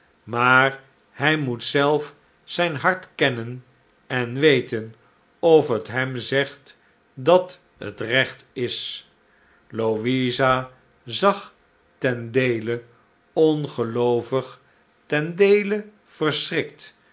maar hij moet zelf zijn hart kennen en weten of het hem zegt dat het recht is louisa zag ten deele ongeloovig ten deele